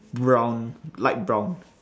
brown light brown